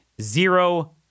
zero